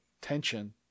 tension